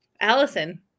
Allison